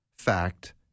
fact